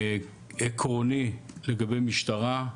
עקרוני, לגבי משטרה,